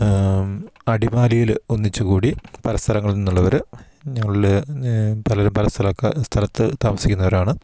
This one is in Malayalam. അടിമാലിയിൽ ഒന്നിച്ച് കൂടി പല സ്ഥലങ്ങളിൽ നിന്നുള്ളവർ ഞങ്ങളിൽ പലരും പല സ്ഥലക്കാ സ്ഥലത്ത് താമസിക്കുന്നവരാണ്